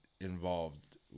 involved